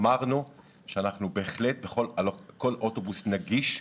אמרנו שבכל אוטובוס נגיש,